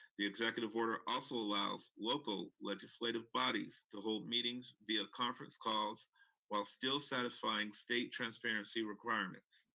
the executive order also allows local legislative bodies to hold meetings via conference calls while still satisfying state transparency requirements.